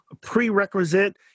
prerequisite